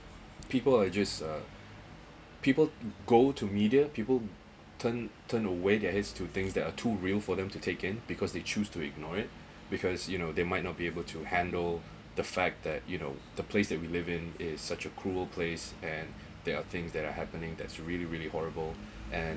people are just uh people go to media people turn turn away there are two things that are too real for them to take in because they choose to ignore it because you know they might not be able to handle the fact that you know the place that we live in is such a cruel place and there are things that are happening that's really really horrible and